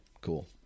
cool